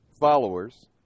followers